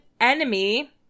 enemy